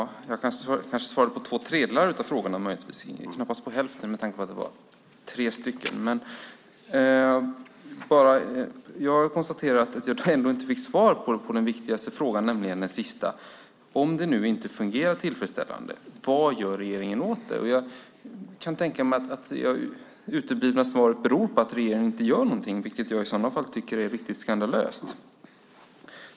Herr talman! Jag svarade kanske på två tredjedelar av mina frågor, knappast på hälften av frågorna med tanke på att det var tre frågor. Jag konstaterar att jag inte fick svar på den sista och viktigaste frågan: Om det inte fungerar tillfredsställande, vad gör då regeringen åt det? Jag kan tänka mig att det uteblivna svaret beror på att regeringen inte gör någonting, vilket jag i så fall tycker är riktigt skandalöst.